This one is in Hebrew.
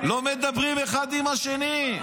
לא מדברים אחד עם השני.